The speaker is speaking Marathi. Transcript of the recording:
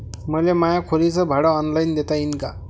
मले माया खोलीच भाड ऑनलाईन देता येईन का?